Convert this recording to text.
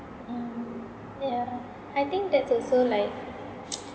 mm yeah I think that's also like